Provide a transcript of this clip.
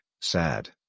Sad